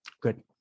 Good